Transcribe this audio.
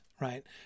right